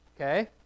Okay